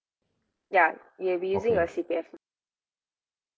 ya you'll be using your C_P_F